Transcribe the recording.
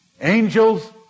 angels